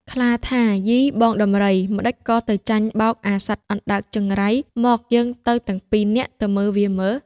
ខ្លាថា៖ "យីបងដំរី ម្ដេចក៏ទៅចាញ់បោកអាសត្វអណ្ដើកចង្រៃ? មកយើងទៅពីរនាក់ទៅមើលវាមើល៍"។